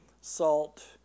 salt